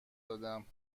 دادم